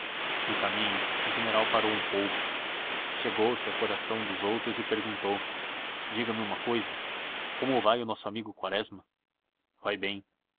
no caminho o general parou um pouco chegou-se a coração dos outros e perguntou diga-me uma cousa como vai o nosso amigo quaresma vai bem